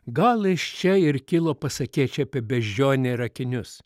gal iš čia ir kilo pasakėčia apie beždžionę ir akinius